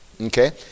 Okay